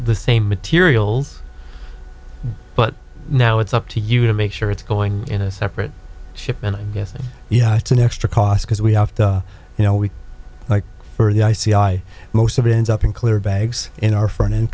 the same materials but now it's up to you to make sure it's going in a separate shipment getting yeah it's an extra cost because we have to you know we like for the i c i most of it ends up in clear bags in our front in